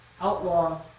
outlaw